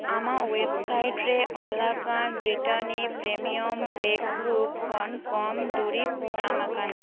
ᱟᱢᱟᱜ ᱮᱭᱮᱵᱽᱥᱟᱭᱤᱰ ᱨᱮ ᱚᱞᱟᱠᱟᱱ ᱵᱨᱤᱴᱟᱱᱤᱭᱟ ᱯᱨᱮᱢᱤᱭᱟᱢ ᱵᱮᱠ ᱨᱟᱠᱥ ᱠᱷᱚᱱ ᱠᱚᱢ ᱫᱩᱨᱤᱵᱽ ᱧᱟᱢ ᱟᱠᱟᱱᱟ